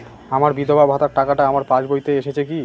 আমার বিধবা ভাতার টাকাটা আমার পাসবইতে এসেছে কি?